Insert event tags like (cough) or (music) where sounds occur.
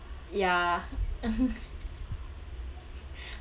ya (laughs)